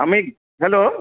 আমি হেল্ল'